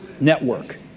network